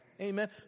Amen